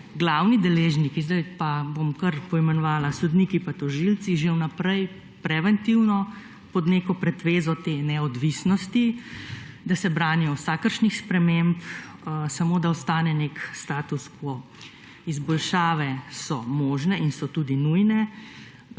glavni deležniki sedaj pa bom kar poimenovala sodniki pa tožilci že v naprej preventivno pod neko pretvezo te neodvisnosti, da se branijo v vsakršnih sprememb samo, da ostane neki status quo. Izboljšave so možne in so tudi nujne